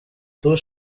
tout